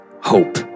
hope